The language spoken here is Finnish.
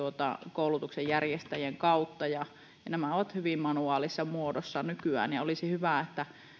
koulutuksenjärjestäjien kautta ja nämä ovat hyvin manuaalisessa muodossa nykyään olisi hyvä